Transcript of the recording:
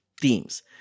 themes